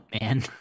man